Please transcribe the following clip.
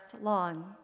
long